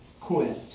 quit